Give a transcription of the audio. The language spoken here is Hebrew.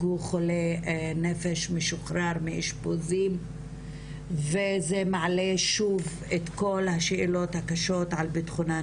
הוא חולה נפש משוחרר מאשפוזים וזה מעלה שוב את כל השאלות הקשות על ביטחונן